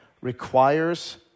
requires